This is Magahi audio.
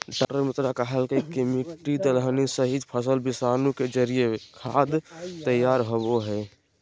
डॉ मित्रा कहलकय कि मिट्टी, दलहनी सहित, फसल विषाणु के जरिए खाद तैयार होबो हइ